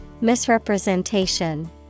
Misrepresentation